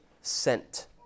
sent